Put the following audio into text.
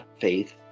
Faith